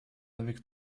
avec